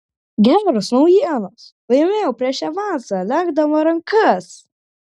geros naujienos laimėjau prieš evansą lenkdama rankas